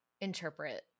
interpret